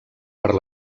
per